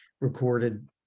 recorded